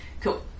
Cool